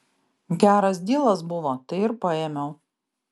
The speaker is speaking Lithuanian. geras dylas buvo tai ir paėmiau